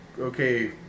okay